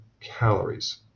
calories